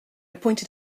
pointed